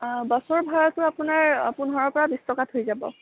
অঁ বাছৰ ভাড়াতো আপোনাৰ পোন্ধৰৰপৰা বিছ টকাত হৈ যাব